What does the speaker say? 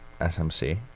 SMC